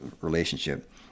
relationship